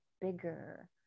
bigger